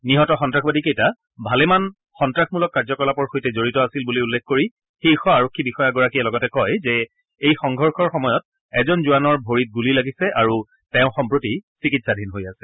নিহত সন্তাসবাদীকেইটা ভালেমান সন্তাসমূলক কাৰ্যকলাপৰ সৈতে জড়িত আছিল বুলি উল্লেখ কৰি শীৰ্ষ আৰক্ষী বিষয়া গৰাকীয়ে লগতে কয় যে এই সংঘৰ্ষৰ সময়ত এজন জোৱানৰ ভৰিত গুলী লাগিছে আৰু তেওঁ সম্প্ৰতি চিকিৎসাধীন হৈ আছে